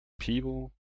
People